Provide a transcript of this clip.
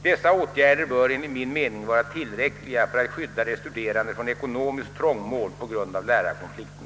Dessa åtgärder bör enligt min mening vara tillräckliga för att skydda de studerande från ekonomiskt trångmål på grund av lärarkonflikten,